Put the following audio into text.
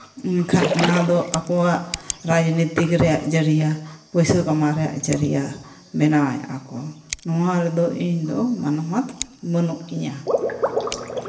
ᱢᱮᱱᱠᱷᱟᱱ ᱚᱱᱟᱫᱚ ᱟᱠᱚᱣᱟᱜ ᱨᱟᱡᱽᱱᱤᱛᱤ ᱨᱮᱭᱟᱜ ᱡᱟᱨᱤᱭᱟᱹ ᱯᱚᱭᱥᱟ ᱠᱟᱢᱟᱣ ᱨᱮᱭᱟᱜ ᱡᱟᱹᱨᱤᱭᱟ ᱵᱮᱱᱟᱣᱮᱜ ᱟᱠᱚ ᱱᱚᱣᱟ ᱨᱮᱫᱚ ᱤᱧᱫᱚ ᱢᱟᱱᱚᱢᱟᱛ ᱵᱟᱹᱱᱩᱜ ᱤᱧᱟᱹ